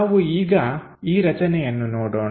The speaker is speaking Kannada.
ನಾವು ಈಗ ಈ ರಚನೆಯನ್ನು ನೋಡೋಣ